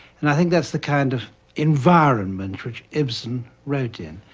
and i think that's the kind of environment which ibsen wrote in.